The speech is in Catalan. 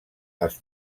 els